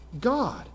God